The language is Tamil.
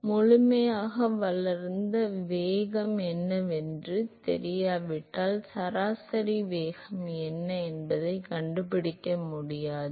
எனவே முழுமையாக வளர்ந்த ஆட்சியில் உள்ளூர் வேகம் என்னவென்று எனக்குத் தெரியாவிட்டால் சராசரி வேகம் என்ன என்பதை என்னால் கண்டுபிடிக்க முடியாது